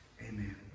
amen